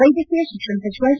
ವೈದ್ಯಕೀಯ ಶಿಕ್ಷಣ ಸಚಿವ ಈ